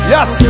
Yes